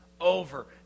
over